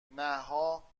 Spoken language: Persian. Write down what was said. نها